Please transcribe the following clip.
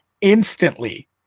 instantly